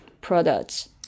products